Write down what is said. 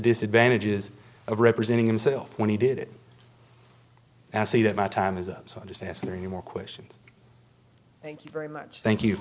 disadvantages of representing himself when he did say that my time is up so i just ask any more questions thank you very much thank you